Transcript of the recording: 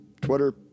Twitter